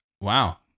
Wow